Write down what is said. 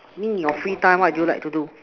I mean in your free time what do you like to do